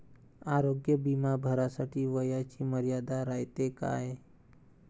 आरोग्य बिमा भरासाठी वयाची मर्यादा रायते काय?